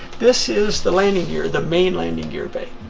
this is the landing gear, the main landing gear bay.